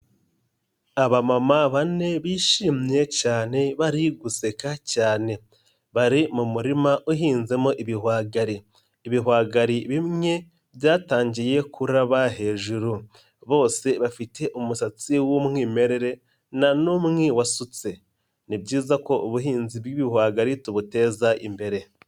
Abamama bane bishimye cyane bari guseka cyane, bari mu murima uhinzemo ibihwagari, ibihwagari bimwe byatangiye kuraba hejuru, bose bafite umusatsi w'umwimerere nta n'umwe wasutse, ni byiza ko ubuhinzi bw'ibihwagari tubuteza imbere.